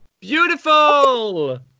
Beautiful